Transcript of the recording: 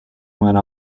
went